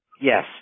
Yes